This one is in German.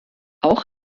auch